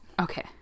Okay